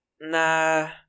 nah